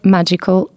Magical